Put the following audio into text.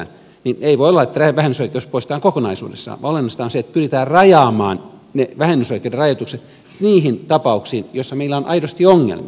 ei voi olla että vähennysoikeus poistetaan kokonaisuudessaan vaan olennaista on se että pyritään rajaamaan ne vähennysoikeuden rajoitukset niihin tapauksiin joissa meillä on aidosti ongelmia